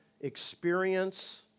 experience